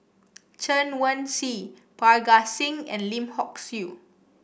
Chen Wen Hsi Parga Singh and Lim Hock Siew